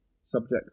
subject